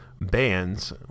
bands